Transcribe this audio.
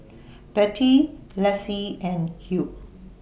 Bette Lessie and Hugh